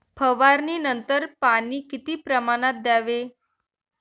फवारणीनंतर पाणी किती प्रमाणात द्यावे?